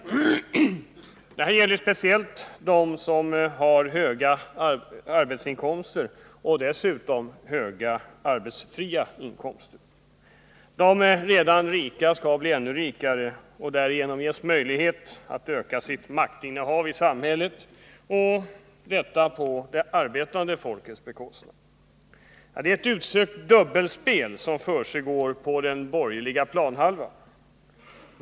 Detta gäller speciellt dem som har höga arbetsinkomster och höga arbetsfria inkomster. De redan rika skall bli ännu rikare och därigenom ges möjlighet att öka sitt maktinnehav i samhället, detta på det arbetande folkets bekostnad. Det är ett utsökt dubbelspel som försiggår på den borgerliga planhalvan.